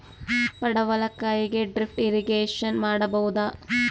ಪಡವಲಕಾಯಿಗೆ drip irrigation ಮಾಡಬೋದ?